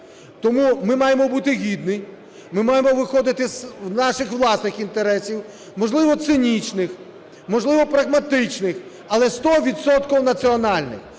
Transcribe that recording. Тому ми маємо бути гідні, ми маємо виходити з наших власних інтересів, можливо, цинічних, можливо, прагматичних, але сто відсотків національних,